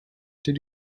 did